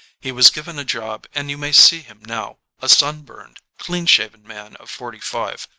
he was given a job and you may see him now, a sun-burned, clean-shaven man of forty-five,